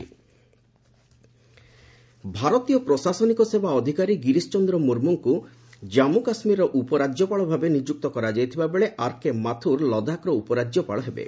appointment governor ଭାରତୀୟ ପ୍ରଶାସନିକ ସେବା ଅଧିକାରୀ ଗିରିଶ ଚନ୍ଦ୍ର ମର୍ମୁଙ୍କୁ ଜାମ୍ମୁ କାଶ୍ମୀରର ଉପରାଜ୍ୟପାଳ ଭାବେ ନିଯୁକ୍ତ କରାଯାଇଥିଲା ବେଳେ ଆର୍କେ ମାଥୁର୍ ଲଦାଖର ଉପରାଜ୍ୟପାଳ ହେବେ